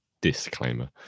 disclaimer